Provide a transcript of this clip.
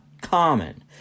common